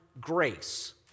grace